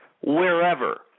wherever